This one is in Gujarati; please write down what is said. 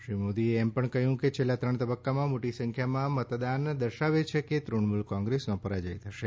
શ્રી મોદીએ કહ્યું કે છેલ્લા ત્રણ તબક્કામાં મોટી સંખ્યામાં મતદાન દર્શાવે છે કે તૃણમૂલ કોંગ્રેસની સ્પષ્ટ પરાજય થશે